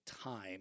time